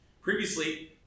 Previously